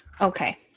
Okay